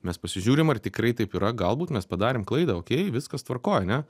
mes pasižiūrim ar tikrai taip yra galbūt mes padarėm klaidą okey viskas tvarkoj ane